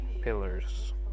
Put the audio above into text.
pillars